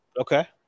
Okay